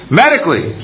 medically